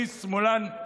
כי אני שמאלן.